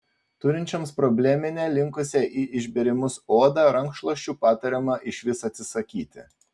turinčioms probleminę linkusią į išbėrimus odą rankšluosčių patariama išvis atsisakyti